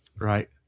right